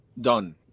done